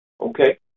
Okay